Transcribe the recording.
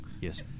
Yes